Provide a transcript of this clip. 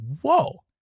whoa